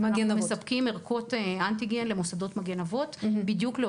אנחנו מספקים בדיקות אנטיגן למוסדות מגן אבות בדיוק עבור